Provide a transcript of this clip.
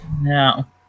now